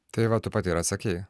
tai va tu pati ir atsakei